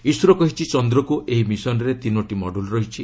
ISRO କହିଛି ଚନ୍ଦ୍ରକୁ ଏହି ମିଶନରେ ତିନୋଟି ମଡୁଲ୍ ରହିଛି